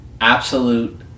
Absolute